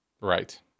Right